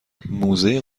موزه